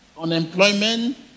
unemployment